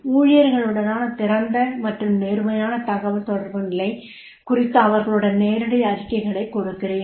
ஊழியர்களுடனான திறந்த மற்றும் நேர்மையான தகவல்தொடர்பு நிலை குறித்த அவர்களுடன் நேரடி அறிக்கைகளைக் கொடுக்கிறேன்